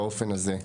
באופן הזה.